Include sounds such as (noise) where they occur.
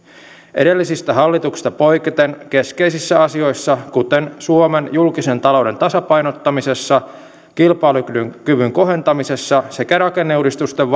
edellisistä hallituksista poiketen keskeisissä asioissa kuten suomen julkisen talouden tasapainottamisessa kilpailukyvyn kohentamisessa sekä rakenneuudistusten (unintelligible)